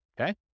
Okay